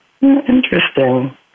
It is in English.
Interesting